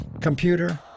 computer